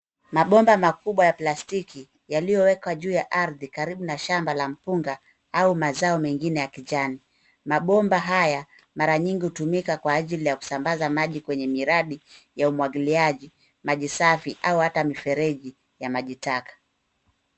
Mabomba makubwa ya plastiki yaliyowekwa juu ya ardhi karibu na shamba la mpunga au mazao mengine ya kijani. Mabomba haya mara nyingi hutumika kwa ajili ya kusambaza maji kwenye miradi ya umwagiliaji, maji safi au hata mifereji ya maji taka.